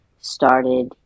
started